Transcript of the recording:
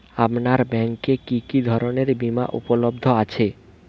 আপনার ব্যাঙ্ক এ কি কি ধরনের বিমা উপলব্ধ আছে?